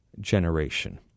generation